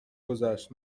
گذشت